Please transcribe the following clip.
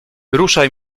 ruszaj